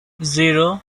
zero